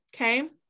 Okay